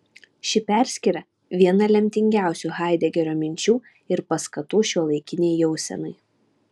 ši perskyra viena lemtingiausių haidegerio minčių ir paskatų šiuolaikinei jausenai